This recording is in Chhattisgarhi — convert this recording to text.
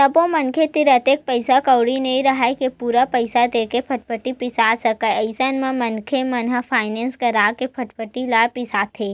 सब्बो मनखे तीर अतेक पइसा कउड़ी नइ राहय के पूरा पइसा देके फटफटी बिसा सकय अइसन म मनखे मन ह फायनेंस करा के फटफटी ल बिसाथे